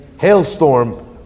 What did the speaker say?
hailstorm